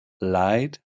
light